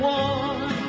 one